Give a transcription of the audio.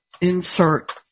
insert